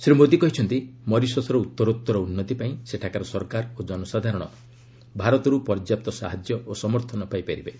ଶ୍ରୀ ମୋଦି କହିଛନ୍ତି ମରିସସ୍ର ଉତ୍ତରୋତ୍ତର ଉନ୍ନତି ପାଇଁ ସେଠାକାର ଓ କନସାଧାରଣ ଭାରତରୁ ପର୍ଯ୍ୟାପ୍ତ ସାହାଯ୍ୟ ଓ ସମର୍ଥନ ପାଇପାରିବେ